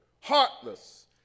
heartless